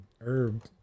Herb